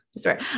Sorry